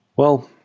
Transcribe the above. well,